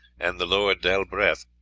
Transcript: and the lord d'albreth,